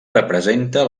representa